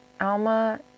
Alma